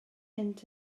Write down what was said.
mynd